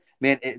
man